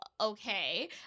okay